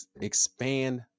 expand